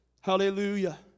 Hallelujah